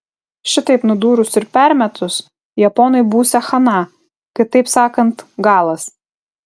šitaip nudūrus ir permetus japonui būsią chana kitaip sakant galas